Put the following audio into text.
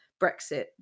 Brexit